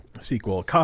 sequel